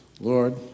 Lord